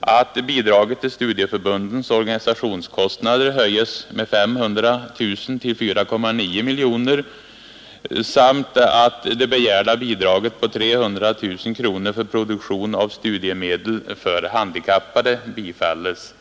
att bidraget till studieförbundens organisationskostnader höjs med 500 000 kronor till 4,9 miljoner kronor samt att det begärda bidraget på 300 000 kronor för produktion av studiemedel för handikappade bifalles.